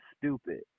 stupid